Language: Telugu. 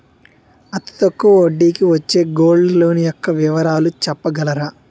అతి తక్కువ వడ్డీ కి వచ్చే గోల్డ్ లోన్ యెక్క వివరాలు చెప్పగలరా?